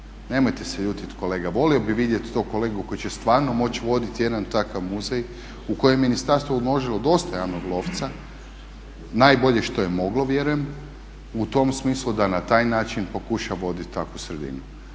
Nemojte se ljutiti kolega, volio bih vidjeti tog kolegu koji će stvarno moći voditi jedan takav muzej u koje je ministarstvo uložilo dosta javnog novca, najbolje što je moglo vjerujem u tom smislu da na taj način pokuša voditi takvu sredinu.